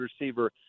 receiver